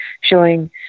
showing